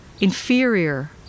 inferior